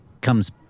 comes